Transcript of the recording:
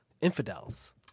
infidels